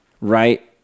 right